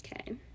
Okay